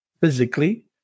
physically